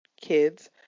kids